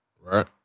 right